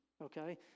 Okay